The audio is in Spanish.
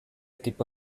tipo